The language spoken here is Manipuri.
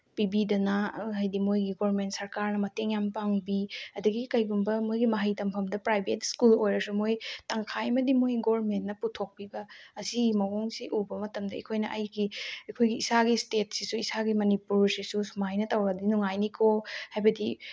ꯄꯤꯕꯤꯗꯅ ꯍꯥꯏꯗꯤ ꯃꯣꯏꯒꯤ ꯒꯣꯔꯃꯦꯟ ꯁꯔꯀꯥꯔꯅ ꯃꯇꯦꯡ ꯌꯥꯝ ꯄꯥꯡꯕꯤ ꯑꯗꯒꯤ ꯀꯩꯒꯨꯝꯕ ꯃꯣꯏꯒꯤ ꯃꯍꯩ ꯇꯝꯐꯝꯗ ꯄ꯭ꯔꯥꯏꯚꯦꯠ ꯁ꯭ꯀꯨꯜ ꯑꯣꯏꯔꯁꯨ ꯃꯣꯏ ꯇꯪꯈꯥꯏ ꯑꯃꯗꯤ ꯃꯣꯏ ꯒꯣꯔꯃꯦꯟꯅ ꯄꯨꯊꯣꯛꯄꯤꯕ ꯑꯁꯤ ꯃꯑꯣꯡꯁꯤ ꯎꯕ ꯃꯇꯝꯗ ꯑꯩꯈꯣꯏꯅ ꯑꯩꯒꯤ ꯑꯩꯈꯣꯏꯒꯤ ꯏꯁꯥꯒꯤ ꯏꯁꯇꯦꯠꯁꯤꯁꯨ ꯏꯁꯥꯒꯤ ꯃꯅꯤꯄꯨꯔꯁꯤꯁꯨ ꯁꯨꯃꯥꯏꯅ ꯇꯧꯔꯗꯤ ꯅꯨꯡꯉꯥꯏꯅꯤꯀꯣ ꯍꯥꯏꯕꯗꯤ